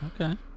okay